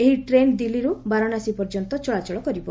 ଏହି ଟ୍ରେନ୍ ଦିଲ୍ଲୀରୁ ବାରାଣସୀ ପର୍ଯ୍ୟନ୍ତ ଚଳାଚଳ କରିବ